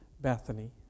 Bethany